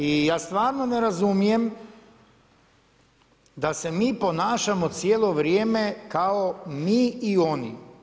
I ja stvarno ne razumijem da se mi ponašamo cijelo vrijeme kao mi i oni.